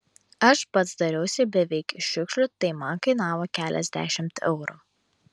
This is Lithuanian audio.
aš pats dariausi beveik iš šiukšlių tai man kainavo keliasdešimt eurų